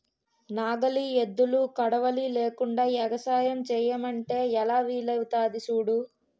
నాగలి, ఎద్దులు, కొడవలి లేకుండ ఎగసాయం సెయ్యమంటే ఎలా వీలవుతాది సూడు